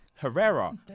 Herrera